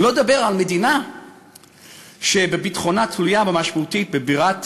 שלא לדבר על מדינה שביטחונה תלוי משמעותית בברית